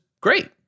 great